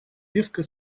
резко